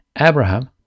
Abraham